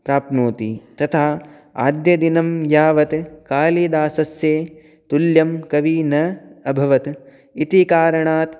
प्राप्नोति तथा अद्य दिनं यावत् कालिदासस्य तुल्यं कविः न अभवत् इति कारणात्